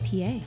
PA